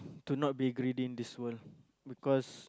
to not be greedy in this world because